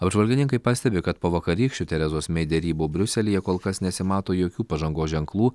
apžvalgininkai pastebi kad po vakarykščių terezos mei derybų briuselyje kol kas nesimato jokių pažangos ženklų